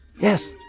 Yes